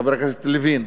חבר הכנסת לוין,